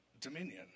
dominion